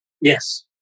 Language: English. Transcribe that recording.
Yes